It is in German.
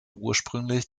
ursprünglich